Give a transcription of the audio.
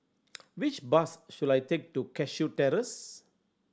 which bus should I take to Cashew Terrace